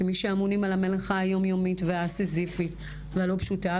כמי שאמונים על המלאכה היומיומית והסיזיפית והלא פשוטה,